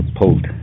pulled